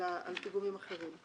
על פיגומים אחרים.